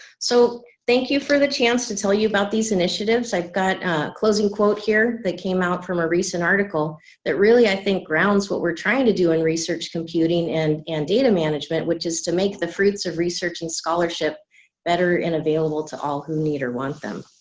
so thank you for the chance to tell you about these initiatives. i've got a closing quote here that came out from a recent article that really i think grounds what we're trying to do in research computing and and data management which is to make the fruits of research and scholarship better and available to all who need or want them.